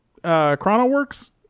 ChronoWorks